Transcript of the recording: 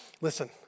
listen